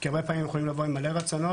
כי הרבה פעמים יכולים לבוא עם מלא רצונות,